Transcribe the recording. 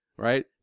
Right